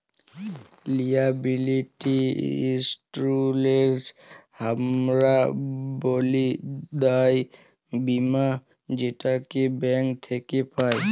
liability insurance হামরা ব্যলি দায় বীমা যেটাকে ব্যাঙ্ক থক্যে পাই